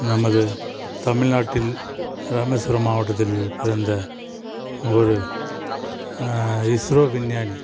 நமது தமிழ்நாட்டில் ராமேஸ்வரம் மாவட்டத்தில் பிறந்த ஒரு இஸ்ரோ விஞ்ஞானி